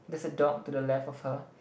there's a dog to the left of her